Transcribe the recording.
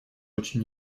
очень